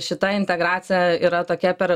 šita integracija yra tokia per